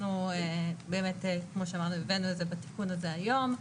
אנחנו כמו שאמרנו הבאנו את זה בתיקון הזה היום.